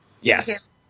Yes